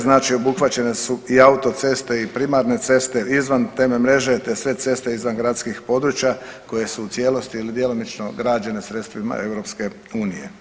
Znači obuhvaćene su i autoceste i primarne ceste izvan teme mreže te sve ceste izvan gradskih područja koje su u cijelosti ili djelomično građene sredstvima EU.